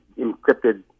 encrypted